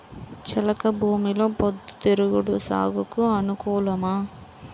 చెలక భూమిలో పొద్దు తిరుగుడు సాగుకు అనుకూలమా?